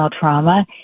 trauma